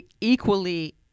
equally